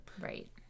Right